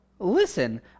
Listen